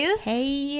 Hey